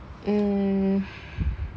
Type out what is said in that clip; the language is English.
mm